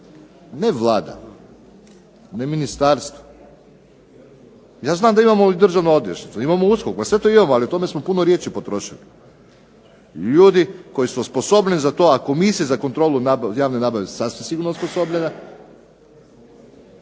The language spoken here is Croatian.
Ne Vlada, ne ministarstvo. Ja znam da imamo i Državno odvjetništvo, imamo USKOK, ma sve to imamo ali o tome smo puno riječi potrošili. Ljudi koji su osposobljeni za to, a Komisija za kontrolu javne nabave sasvim sigurno osposobljena